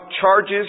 charges